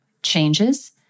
changes